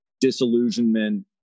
disillusionment